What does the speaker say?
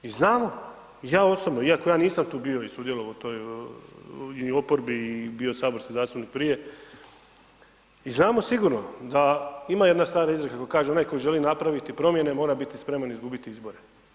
I znamo, ja osobno, iako ja nisam tu bio i sudjelovao u toj i oporbi i bio saborski zastupnik prije i znamo sigurno da, ima jedna stara izreka koja kaže „onaj koji želi napraviti promjene, mora biti spreman izgubiti izbore“